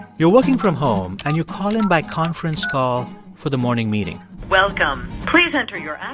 you're working from home, and you call in by conference call for the morning meeting welcome. please enter your